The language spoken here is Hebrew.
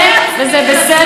אז את יכולה לתקן,